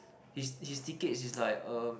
his his tickets is like um